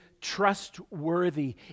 trustworthy